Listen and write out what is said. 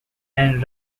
and